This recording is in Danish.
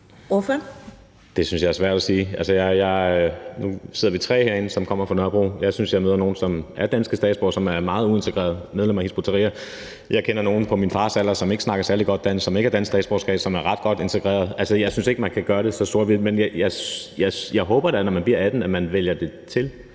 Det synes jeg er svært at sige. Nu sidder vi tre herinde, som kommer fra Nørrebro, og jeg synes, at jeg møder folk, som er danske statsborgere, og som er meget uintegrerede og er medlem af Hizb ut-Tahrir, og så kender jeg nogle på min fars alder, som ikke snakker særlig godt dansk, og som ikke har dansk statsborgerskab, men som er ret godt integrerede. Altså, jeg synes ikke, man kan sige det så sort-hvidt. Men jeg håber da, at man, når man bliver 18, vælger det aktivt